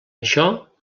això